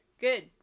Good